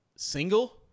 Single